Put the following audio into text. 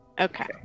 Okay